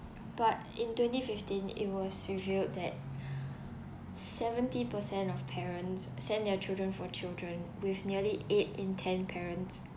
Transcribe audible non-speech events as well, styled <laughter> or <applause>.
but in twenty fifteen it was revealed that <breath> seventy percent of parents send their children for tuition with nearly eight in ten parents